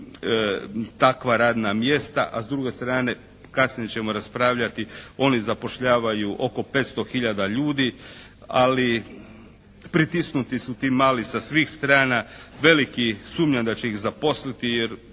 takva radna mjesta, a s druge strane kasnije ćemo raspravljati, oni zapošljavaju oko 500 hiljada ljudi. Ali, pritisnuti su ti mali sa svih strana. Veliki sumnjam da će ih zaposliti jer